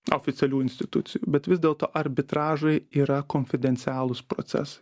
oficialių institucijų bet vis dėlto arbitražai yra konfidencialūs procesai